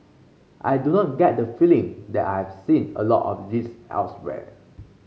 I do not get the feeling that I have seen a lot of this elsewhere